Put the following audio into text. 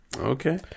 okay